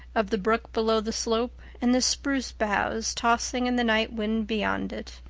of the brook below the slope and the spruce boughs tossing in the night wind beyond it,